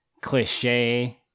cliche